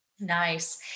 Nice